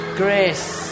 grace